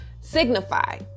signify